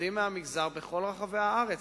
עובדים מהמגזר בכל רחבי הארץ,